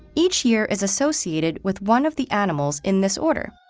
each year is associated with one of the animals in this order,